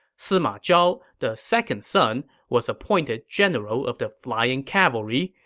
sima zhao, the second son, was appointed general of the flying cavalry,